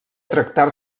tractar